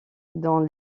dans